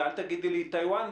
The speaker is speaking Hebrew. ואל תגידי לי טאיוואן.